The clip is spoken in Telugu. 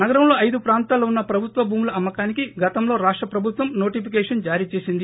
నగరంలో ఐదు ప్రాంతాలలో ఉన్న ప్రభుత్వ భూముల అమ్మకానికి గ్రంలో రాష్ట ప్రభుత్వం నోటిఫికేషన్ జారీ చేసింది